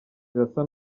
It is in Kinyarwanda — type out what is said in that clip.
birasa